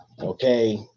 Okay